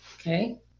okay